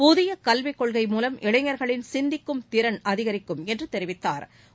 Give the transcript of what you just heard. புதிய கல்வி கொள்கை மூலம் இளைஞர்களின் சிந்திக்கும் திறன் அதிகரிக்கும் என்று தெரிவித்தாா்